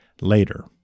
later